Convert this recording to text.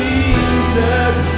Jesus